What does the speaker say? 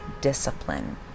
discipline